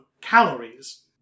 calories